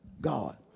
God